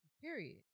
Period